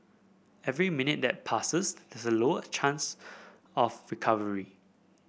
every minute that passes this a lower chance of recovery